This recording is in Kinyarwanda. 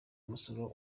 musoro